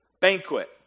banquet